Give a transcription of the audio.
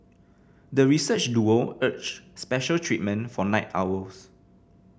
the research duo urged special treatment for night owls